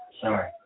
Sorry